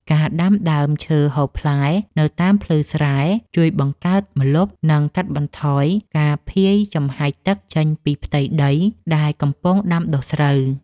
ការដាំដើមឈើហូបផ្លែនៅតាមភ្លឺស្រែជួយបង្កើតម្លប់ និងកាត់បន្ថយការភាយចំហាយទឹកចេញពីផ្ទៃដីស្រែដែលកំពុងដាំដុះស្រូវ។